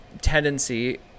tendency